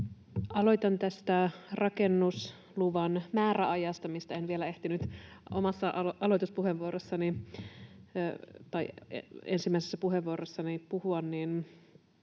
Aloitan tästä rakennusluvan määräajasta, mistä en vielä ehtinyt ensimmäisessä puheenvuorossani puhua: